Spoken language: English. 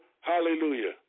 Hallelujah